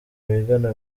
bigana